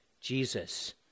Jesus